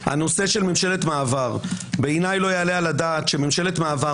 הנושא של ממשלת מעבר בעיניי לא יעלה על הדעת שממשלת מעבר,